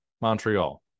Montreal